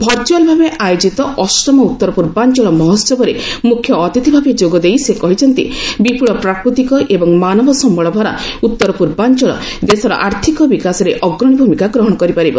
virtual ଭାବେ ଆୟୋଜିତ ଅଷ୍ଟମ ଉତ୍ତର ପୂର୍ବାଞ୍ଚଳ ମହୋହବରେ ମୁଖ୍ୟ ଅତିଥି ଭାବେ ଯୋଗଦେଇ ସେ କହିଛନ୍ତି ବିପୁଳ ପ୍ରାକୃତିକ ଏବଂ ମାନବ ସମ୍ଭଳଭରା ଉତ୍ତର ପୂର୍ବାଞ୍ଚଳ ଦେଶର ଆର୍ଥିକ ବିକାଶରେ ଅଗ୍ରଣୀ ଭୂମିକା ଗ୍ରହଣ କରିପାରିବ